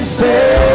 say